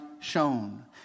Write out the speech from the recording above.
shone